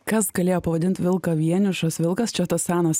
kas galėjo pavadint vilką vienišas vilkas čia tas senas